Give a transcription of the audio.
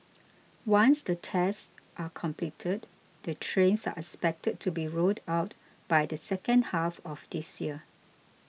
once the tests are completed the trains are expected to be rolled out by the second half of this year